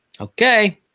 okay